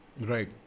Right